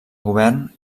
govern